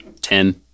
Ten